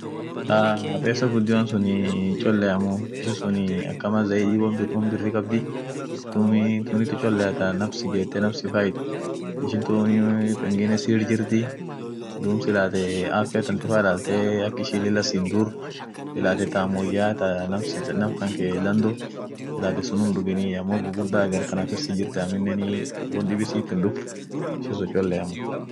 Ahey wolil jirtie, testiinen wolil jirtie tadibin hinmiyoote tadibin hinkurooti, tadibin hingubdi tadibin hinbushooti, duum wolilum jirtie duum nam wolba akum ininfed dugai woat miotu feet miotu biteta, woat kurootu feet kurootu biteta, woat bushootu feet bushootu biteta amo ishin akum sun wolijirtie